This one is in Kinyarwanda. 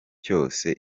cyose